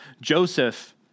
Joseph